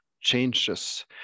changes